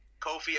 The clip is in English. Kofi